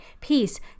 peace